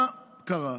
מה קרה?